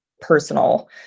personal